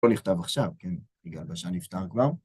לא נכתב עכשיו, כן, יגאל בשן נפטר כבר.